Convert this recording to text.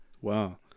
wow